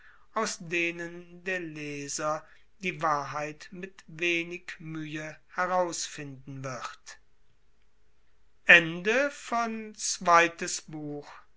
aus denen der leser die wahrheit mit wenig mühe herausfinden wird